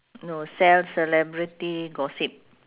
no sell celebrity gossip